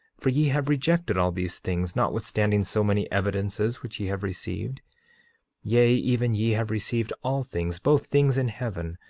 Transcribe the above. for ye have rejected all these things, notwithstanding so many evidences which ye have received yea, even ye have received all things, both things in heaven,